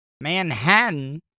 Manhattan